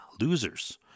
losers